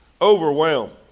Overwhelmed